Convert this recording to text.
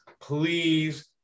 please